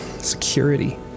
security